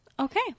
Okay